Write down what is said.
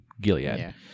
Gilead